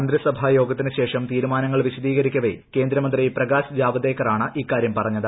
മന്ത്രിസഭ യോഗത്തിന് ശേഷം തീരുമാനങ്ങൾ വിശദീകരിക്കെ കേന്ദ്രമന്ത്രി പ്രകാശ് ജാവദേക്കറാണ് ഇക്കാര്യം പറഞ്ഞത്